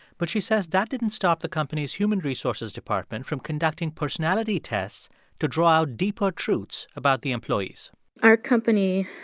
but she says that didn't stop the company's human resources department from conducting personality tests to draw out deeper truths about the employees our company,